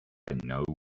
know